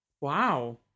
Wow